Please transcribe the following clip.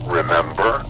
Remember